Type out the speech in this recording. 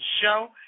show